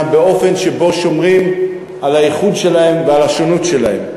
באופן שבו שומרים על הייחוד שלהם ועל השונות שלהם.